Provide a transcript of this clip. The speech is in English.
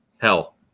hell